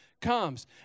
comes